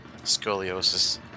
Scoliosis